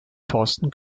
thorsten